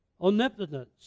omnipotence